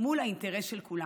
מול האינטרס של כולנו.